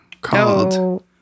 called